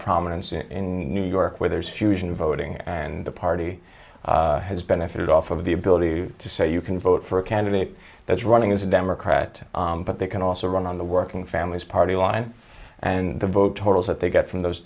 prominence in new york where there's fusion voting and the party has been it off of the ability to say you can vote for a candidate that's running as a democrat but they can also run on the working families party line and the vote totals that they get from those